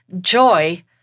joy